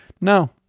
No